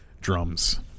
Drums